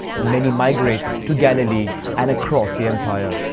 many migrated to galilee and across the empire.